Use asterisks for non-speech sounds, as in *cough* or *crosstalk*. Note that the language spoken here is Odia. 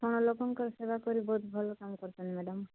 *unintelligible* ଲୋକଙ୍କର ସେବା କରି ବହୁତ ଭଲ କାମ କରୁଛନ୍ତି ମ୍ୟାଡ଼ାମ୍